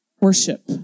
Worship